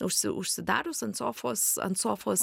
užsi užsidarius ant sofos ant sofos